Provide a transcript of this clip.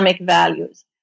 values